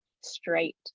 straight